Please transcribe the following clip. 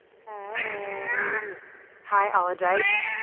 hi hi ah ologites.